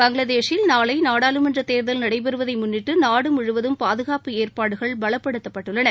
பங்களாதேஷில் நாளை நாடாளுமன்ற தேர்தல் நடைபெறுவதை முன்ளிட்டு நாடு முழுவதும் பாதுகாப்பு ஏற்பாடுகள் பலப்படுத்தப்பட்டுள்ளன